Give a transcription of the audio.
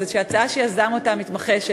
שזו הצעה שיזם המתמחה שלי,